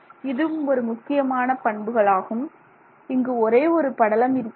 இதுவும் ஒரு முக்கியமான பண்புகள் ஆகும் இங்கு ஒரே ஒரு படலம் இருக்கிறது